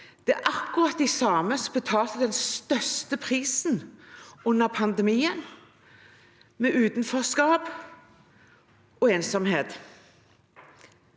Det er akkurat de samme som betalte den største prisen under pandemien, med utenforskap og ensomhet,